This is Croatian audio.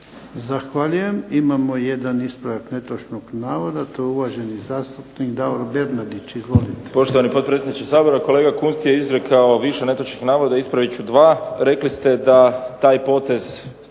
Zahvaljujem. Imamo jedan ispravak netočnog navoda. To je uvaženi zastupnik Davor Bernardić. Izvolite. **Bernardić, Davor (SDP)** Poštovani potpredsjedniče Sabora, kolega Kunst je izrekao više netočnih navoda. Ispravit ću dva. Rekli ste da taj potez